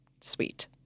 sweet